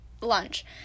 Lunch